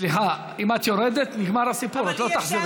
סליחה, אם את יורדת נגמר הסיפור, את לא תחזרי.